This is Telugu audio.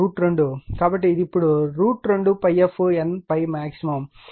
కాబట్టి ఇది ఇప్పుడు 2fN ∅max ఈ విలువ 4